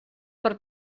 per